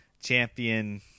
champion